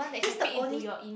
he's the only